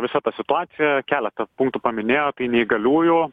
visa ta situacija keletą punktų paminėjo tai neįgaliųjų